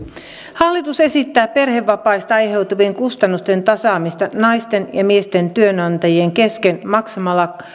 hallitus esittää perhevapaista aiheutuvien kustannusten tasaamista naisten ja miesten työnantajien kesken siten että maksetaan